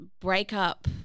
breakup